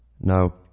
Now